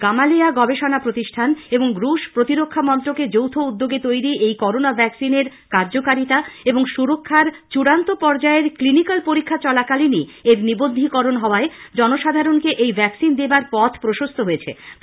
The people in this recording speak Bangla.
গামালেয়া গবেষণা প্রতিষ্ঠান এবং রুশ প্রতিরক্ষামন্ত্রকের যৌথ উদ্যোগে তৈরি এই করোনা ভ্যাকসিনের কার্যকারিতা এবং সুরক্ষার চূড়ান্ত পর্যায়ের ক্লিনিক্যাল পরীক্ষা চলাকালীনই এর নিবন্ধীকরণ হওয়ায় জনসাধারণকে এই ভ্যাকসিন দেবার পথ প্রশস্ত হলো